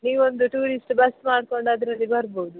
ನೀವೊಂದು tourist bus ಮಾಡ್ಕೊಂಡು ಅದರಲ್ಲಿ ಬರ್ಬೌದು